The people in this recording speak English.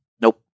Nope